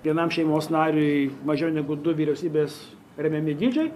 vienam šeimos nariui mažiau negu du vyriausybės remiami dydžiai